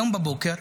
היום בבוקר